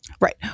Right